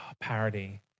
parody